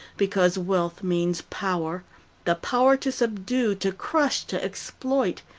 because wealth means power the power to subdue, to crush, to exploit,